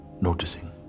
noticing